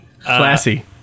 Classy